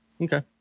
Okay